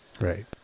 Right